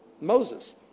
Moses